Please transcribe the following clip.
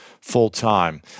full-time